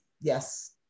yes